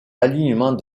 alignement